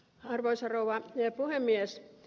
arvoisa rouva puhemies